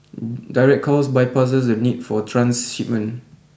direct calls bypasses the need for transshipment